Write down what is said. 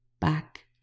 back